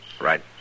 Right